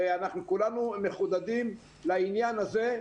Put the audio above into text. ואנחנו כולנו מחודדים לעניין הזה,